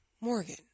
Morgan